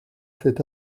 cet